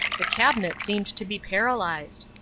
the cabinet seemed to be paralysed.